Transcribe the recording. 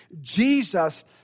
Jesus